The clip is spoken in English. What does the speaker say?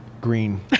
green